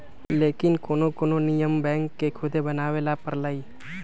लेकिन कोनो कोनो नियम बैंक के खुदे बनावे ला परलई